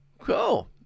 Cool